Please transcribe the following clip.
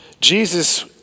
Jesus